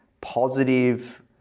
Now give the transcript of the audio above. positive